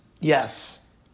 Yes